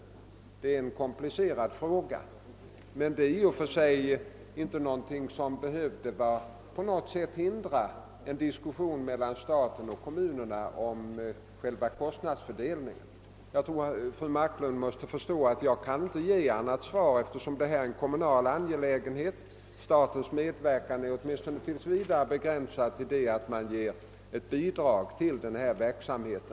Att det är en komplicerad fråga är emellertid i och för sig inte någonting som behövde på något sätt hindra en diskussion mellan staten och kommunerna om själva kostnadsfördelningen. Fru Marklund måste förstå att jag inte kan ge annat svar än jag givit, eftersom detta är en kommunal angelägenhet. Statens medverkan är åtminstone tills vidare begränsad till att ge ett bidrag till denna verksamhet.